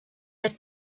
had